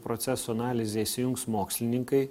procesų analizė įsijungs mokslininkai